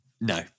No